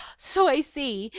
so i see.